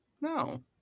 no